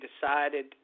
decided